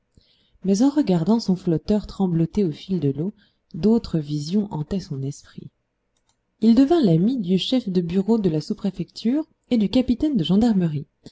mais en regardant son flotteur trembloter au fil de l'eau d'autres visions hantaient son esprit il devint l'ami du chef de bureau de la sous-préfecture et du capitaine de gendarmerie